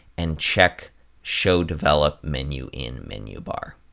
and check show develop menu in menu bar.